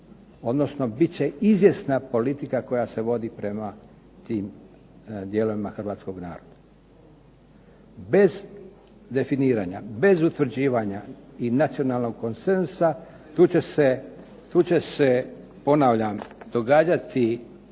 odnosno bit će izvjesna politika koja se vodi prema tim dijelovima hrvatskog naroda. Bez definiranja, bez utvrđivanja i nacionalnog konsenzusa tu će se ponavljam događati